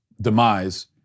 demise